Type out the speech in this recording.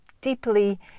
deeply